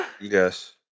Yes